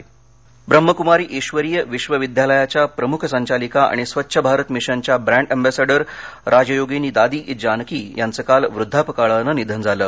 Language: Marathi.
निधन जानकीदादी ब्रह्माक्मारी ईश्वरिय विश्वविद्यालयाच्या प्रमुख संचालिका आणि स्वच्छ भारत मिशनच्या ब्रॅण्ड ऍम्बॅसॅंडर राजयोगिनी दादी जानकी यांचं काल वृद्धापकाळानं निधन झालं